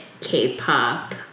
K-pop